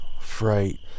fright